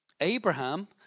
Abraham